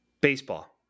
Baseball